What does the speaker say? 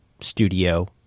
studio